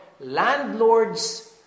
landlords